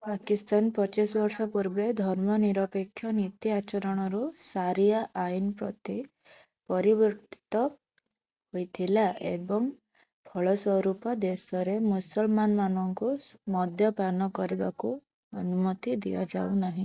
ପାକିସ୍ତାନ ପଚିଶ ବର୍ଷ ପୂର୍ବେ ଧର୍ମନିରପେକ୍ଷ ନୀତି ଆଚରଣରୁ ସାରିଆ ଆଇନ ପ୍ରତି ପରିବର୍ତ୍ତିତ ହୋଇଥିଲା ଏବଂ ଫଳସ୍ୱରୂପ ଦେଶରେ ମୁସଲମାନ ମାନଙ୍କୁ ମଦ୍ୟପାନ କରିବାକୁ ଅନୁମତି ଦିଆଯାଉ ନାହିଁ